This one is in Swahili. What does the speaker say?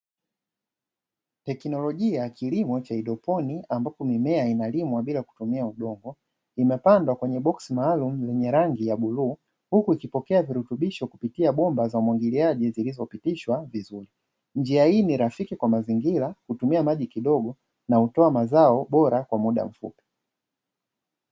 Teknolojia ya kilimo cha haidroponi ambapo mimea inalimwa bila kutumia udongo. Imepandwa kwenye boksi maalumu lenye rangi ya bluu huku ikipokea virutubisho kupitia bomba za umwagiliaji zilizopitishwa vizuri. Njia hii ni rafiki kwa mazingira hutumia maji kidogo na hutoa mazao bora kwa muda mfupi.